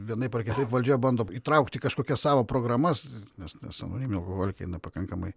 vienaip ar kitaip valdžia bando įtraukti kažkokias savo programas nes nes anoniminiai alkoholikai nepakankamai